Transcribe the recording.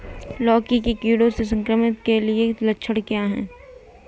लौकी के कीड़ों से संक्रमित होने के लक्षण क्या हैं?